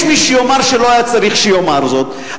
יש מי שיאמר שלא היה צריך שיאמר זאת,